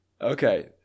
Okay